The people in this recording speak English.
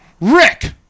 Rick